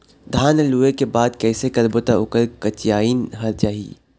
धान ला लुए के बाद कइसे करबो त ओकर कंचीयायिन हर जाही?